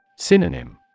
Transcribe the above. Synonym